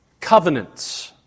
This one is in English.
covenants